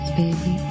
baby